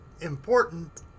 important